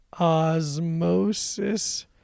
Osmosis